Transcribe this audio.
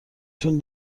تون